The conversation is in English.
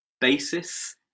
basis